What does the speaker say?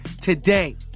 today